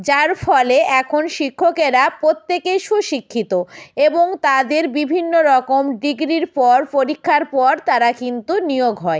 যার ফলে এখন শিক্ষকেরা প্রত্যেকেই সুশিক্ষিত এবং তাদের বিভিন্ন রকম ডিগ্রির পর পরীক্ষার পর তারা কিন্তু নিয়োগ হয়